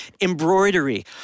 embroidery